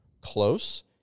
close